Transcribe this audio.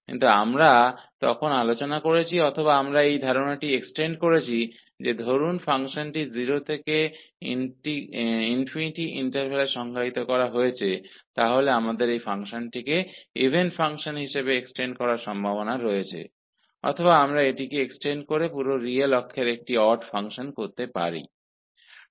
लेकिन हमने तब चर्चा की थी कि मान लीजिए किसी फ़ंक्शन को 0 से ∞ अंतराल में परिभाषित किया गया है तो हमारे पास दोनों संभावनाएं है हम इस फंक्शन को एक इवन फंक्शन में विस्तारित कर सकते है या हम इस फक्शन को समस्त वास्तविक अक्ष में एक आड फंक्शन में विस्तारित कर सकते है